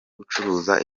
gucuruza